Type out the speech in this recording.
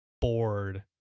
bored